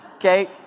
Okay